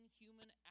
human